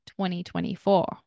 2024